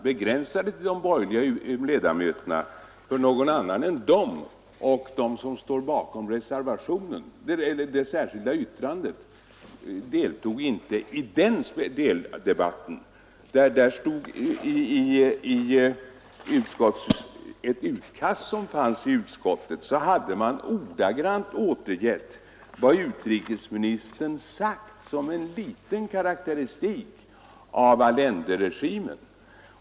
Någon annan än de borgerliga ledamöterna och de som står bakom det särskilda yttrandet deltog inte i den deldebatten. I ett utkast som fanns i utskottet hade man ordagrant återgett vad utrikesministern sagt som en liten karakteristik av Allenderegimen.